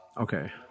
Okay